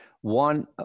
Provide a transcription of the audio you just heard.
One